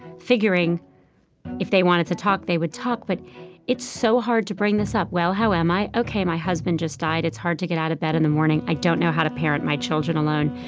figuring if they wanted to talk, they would talk. but it's so hard to bring this up. well, how am i? ok, my husband just died. it's hard to get out of bed in the morning. i don't know how to parent my children alone.